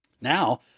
Now